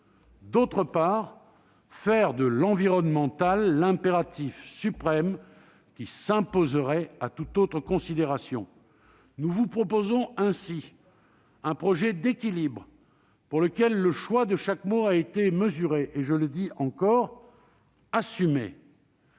d'autre part, faire de l'environnemental l'impératif suprême qui s'imposerait à toute autre considération. Nous vous proposons ainsi un projet d'équilibre, pour lequel le choix de chaque mot a été mesuré et, je le dis encore, assumé.